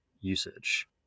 usage